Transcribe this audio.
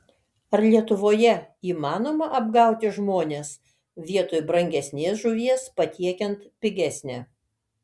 ar lietuvoje įmanoma apgauti žmones vietoj brangesnės žuvies patiekiant pigesnę